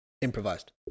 improvised